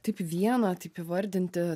taip vieną taip įvardinti